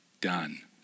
done